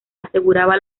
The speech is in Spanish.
aseguraba